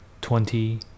twenty